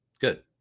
Good